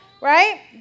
Right